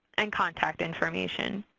and contact information.